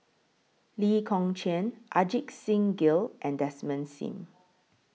Lee Kong Chian Ajit Singh Gill and Desmond SIM